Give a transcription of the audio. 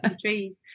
trees